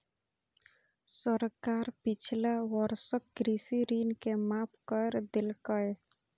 सरकार पिछला वर्षक कृषि ऋण के माफ कैर देलकैए